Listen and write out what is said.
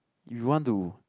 you want to